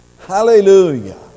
Hallelujah